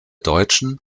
deutschen